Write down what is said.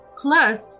Plus